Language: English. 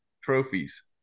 trophies